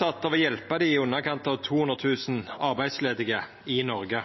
av å hjelpa dei i underkant av 200 000 arbeidsledige i Noreg.